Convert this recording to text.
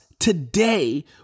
today